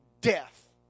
death